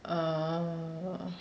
orh